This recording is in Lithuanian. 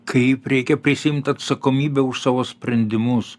kaip reikia prisiimt atsakomybę už savo sprendimus